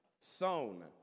sown